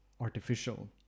artificial